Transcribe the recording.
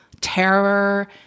terror